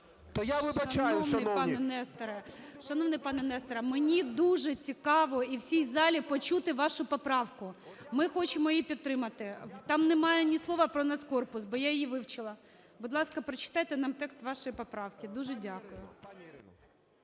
Шановний пане Несторе, мені дуже цікаво, і всій залі, почути вашу поправку. Ми хочемо її підтримати. Там немає ні слова про "Нацкорпус", бо я її вивчила. Будь ласка, прочитайте нам текст вашої поправки. Дуже дякую.